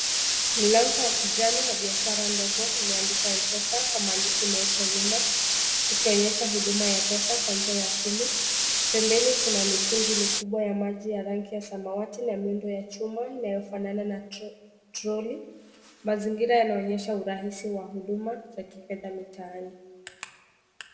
Mlango wa kijani wa biashara ndogo umeandikwa M-Pesa kwa maandishi meupe wima, ukionyesha huduma ya pesa kwa njia ya simu. Pembeni kuna mitungi mikubwa ya maji ya rangi ya samawati na miundo ya chuma inayofanana na trolly mazingira yanayonyesha urahisi wa huduma za kifedha mitaani.